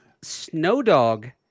Snowdog